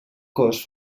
cos